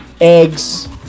eggs